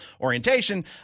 orientation